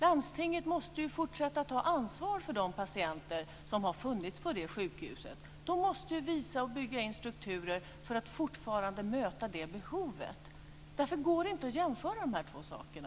Landstinget måste fortsätta att ta ansvar för de patienter som har funnits på det sjukhuset. De måste bygga in strukturer för att fortfarande möta det behovet. Därför går det inte att jämföra de här två sakerna.